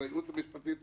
של הייעוץ המשפטי אצלנו.